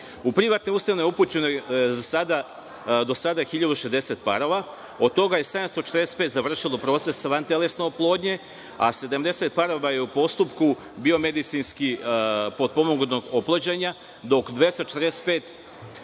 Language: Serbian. U privatnoj ustanovi upućeno je do sada 1.060 parova, od toga je 745 završilo proces vantelesne oplodnje a 70 parova je u postupku biomedicinski potpomognutog oplođenja, dok 245